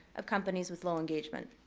of companies with low engagement.